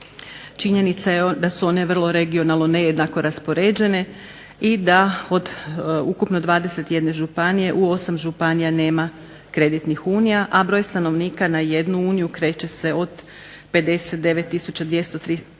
Činjenica je da su one vrlo regionalno nejednako raspoređene i da od ukupno 21 županije u 8 županija nema kreditnih unija, a broj stanovnika na jednu uniju kreće se od 59 213